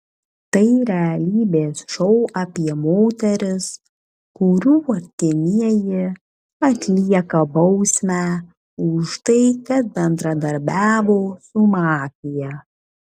tai realybės šou apie moteris kurių artimieji atlieka bausmę už tai kad bendradarbiavo su mafija